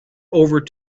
over